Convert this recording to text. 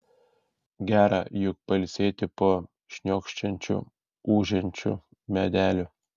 gera juk pailsėti po šniokščiančiu ūžiančiu medeliu